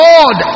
Lord